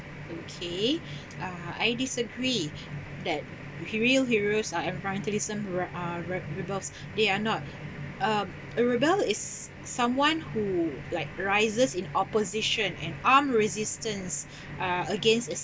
okay uh I disagree that the real heroes are environmentalism re~ uh re~ rebels they are not uh a rebel is someone who like rises in opposition and armed resistance against